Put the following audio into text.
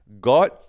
God